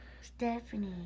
Stephanie